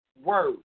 word